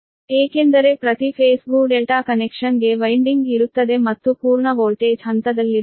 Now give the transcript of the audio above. ಏಕೆಂದರೆ ಪ್ರತಿ ಫೇಸ್ ಗೂ ಡೆಲ್ಟಾ ಕನೆಕ್ಷನ್ ಗೆ ವೈನ್ಡಿಂಗ್ ಇರುತ್ತದೆ ಮತ್ತು ಪೂರ್ಣ ವೋಲ್ಟೇಜ್ ಹಂತದಲ್ಲಿರುತ್ತದೆ